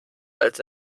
als